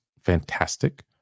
fantastic